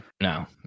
no